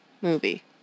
movie